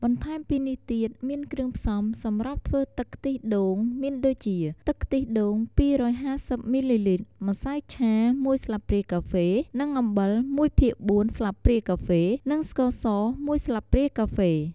បន្ថែមពីនេះទៀតមានគ្រឿងផ្សំសម្រាប់ធ្វើទឹកខ្ទះដូងមានដូចជា ទឹកខ្ទះដូង២៥០មីលីលីត្រម្សៅឆាមួយស្លាបព្រាកាហ្វេនិងអំបិលមួយភាគបួនស្លាបព្រាកាហ្វនិងស្ករស១ស្លាបព្រាកាហ្វេ។